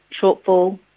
shortfall